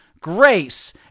grace